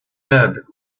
ned